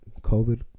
COVID